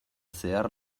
zehar